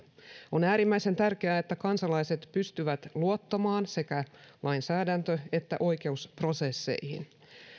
on äärimmäisen tärkeää että kansalaiset pystyvät luottamaan sekä lainsäädäntö että oikeusprosesseihin